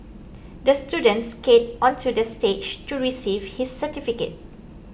the student skated onto the stage to receive his certificate